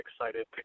excited